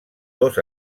dos